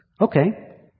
Okay